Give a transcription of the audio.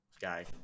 guy